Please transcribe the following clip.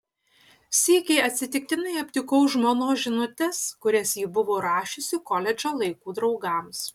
sykį atsitiktinai aptikau žmonos žinutes kurias ji buvo rašiusi koledžo laikų draugams